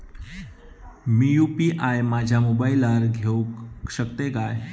मी UPI माझ्या मोबाईलावर घेवक शकतय काय?